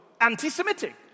anti-Semitic